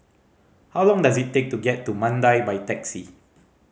how long does it take to get to Mandai by taxi